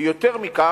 ויותר מכך,